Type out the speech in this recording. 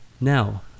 Now